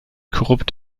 korrupt